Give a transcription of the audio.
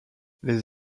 les